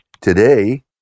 today